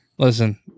Listen